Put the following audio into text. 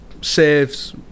saves